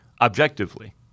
objectively